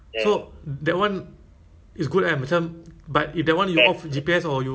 like will the bluetooth be used when you are using the app at A_U